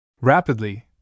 Rapidly